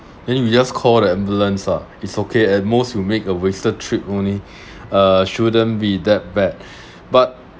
then you just call the ambulance ah it's okay at most you make a wasted trip only uh shouldn't be that bad but